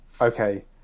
Okay